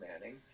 Manning